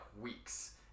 weeks